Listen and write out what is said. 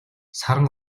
саран